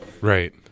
right